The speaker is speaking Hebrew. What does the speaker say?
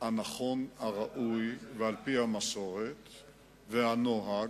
הנכון, הראוי, ועל-פי המסורת והנוהג,